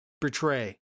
betray